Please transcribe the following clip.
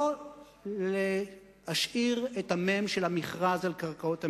לא להשאיר את המ"ם של המכרז על קרקעות המדינה,